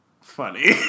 funny